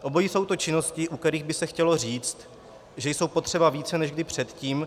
Obojí jsou to činnosti, u kterých by se chtělo říct, že jsou potřeba více než kdy předtím.